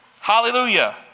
Hallelujah